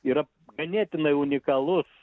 yra ganėtinai unikalus